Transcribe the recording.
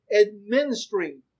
administering